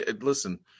Listen